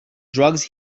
drugs